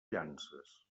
llances